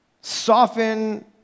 soften